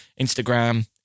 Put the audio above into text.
Instagram